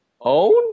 own